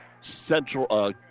Central